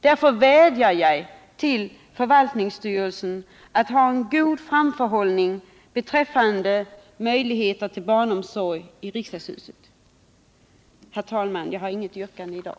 Jag vädjar därför till förvaltningsstyrelsen att ha en god framförhållning beträffande möjligheter till barnomsorg i riksdagshuset. Herr talman! Jag har inget yrkande i dag.